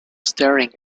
staring